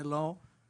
זה לא זה.